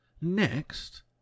Next